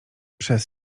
przez